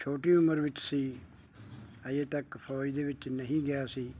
ਛੋਟੀ ਉਮਰ ਵਿੱਚ ਸੀ ਅਜੇ ਤੱਕ ਫੌਜ ਦੇ ਵਿੱਚ ਨਹੀਂ ਗਿਆ ਸੀ